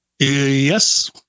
Yes